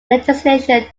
legislation